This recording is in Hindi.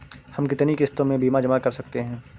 हम कितनी किश्तों में बीमा जमा कर सकते हैं?